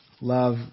Love